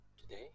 Today